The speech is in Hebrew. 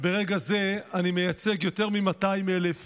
ברגע זה אני מייצג יותר מ-200,000